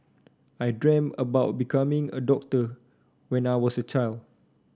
I dream of becoming a doctor when I was a child